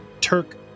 Turk